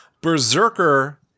Berserker